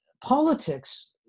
politics